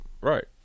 Right